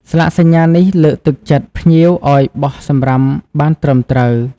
ស្លាកសញ្ញានេះលើកទឹកចិត្តភ្ញៀវឱ្យបោះសំរាមបានត្រឹមត្រូវ។